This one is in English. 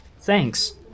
thanks